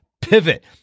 pivot